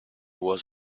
was